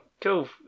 cool